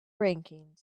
ranking